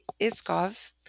Iskov